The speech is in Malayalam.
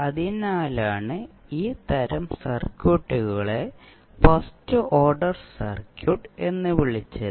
അതിനാലാണ് ഈ തരം സർക്യൂട്ടുകളെ ഫസ്റ്റ് ഓർഡർ സർക്യൂട്ട് എന്ന് വിളിച്ചത്